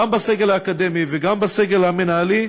גם בסגל האקדמי וגם בסגל המינהלי,